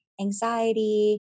anxiety